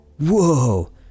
Whoa